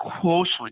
closely